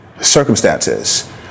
circumstances